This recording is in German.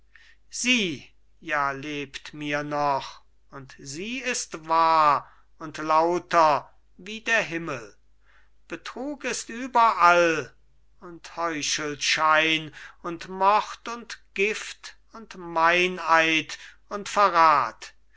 sie ja lebt mir noch und sie ist wahr und lauter wie der himmel betrug ist überall und heuchelschein und mord und gift und meineid und verrat